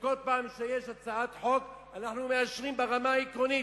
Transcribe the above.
כל פעם שיש הצעת חוק אנחנו מאשרים ברמה העקרונית,